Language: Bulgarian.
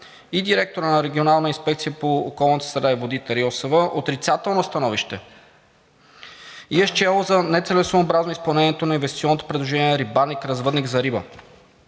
и директора на Регионалната инспекция по околната среда и водите – РИОСВ, отрицателно становище и е счело за нецелесъобразно изпълнението на инвестиционното предложение на Рибарник – развъдник за риба.